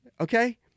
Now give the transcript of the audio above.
Okay